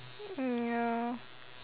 mm ya lor